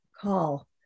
call